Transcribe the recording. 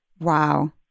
Wow